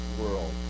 world